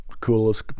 coolest